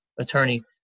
attorney